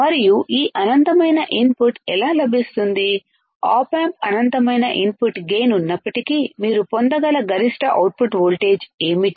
మరియు ఈ అనంతమైన ఇన్పుట్ ఎలా లాభిస్తుంది ఆప్ ఆంప్ అనంతమైన ఇన్పుట్ గైన్ ఉన్నప్పటికీ మీరు పొందగల గరిష్ట అవుట్పుట్ వోల్టేజ్ ఏమిటి